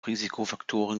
risikofaktoren